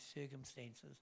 circumstances